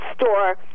store